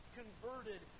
converted